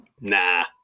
nah